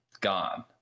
gone